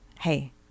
hey